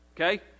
Okay